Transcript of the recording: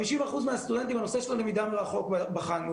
50% מהסטודנטים - בנושא של הלמידה מרחוק בחנו,